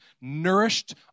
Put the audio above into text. Nourished